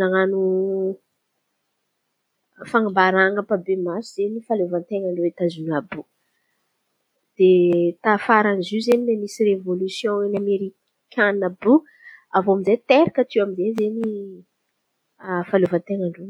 nan̈ano fanambaran̈a ampahibemaso ny fahaleovanten̈a Etazonia àby iô. De tafara zio zen̈y misy revôlisiôn ny amerikanina àby io. Avô amizay teraka teo aminzay ny fahaleovanten̈an-drô.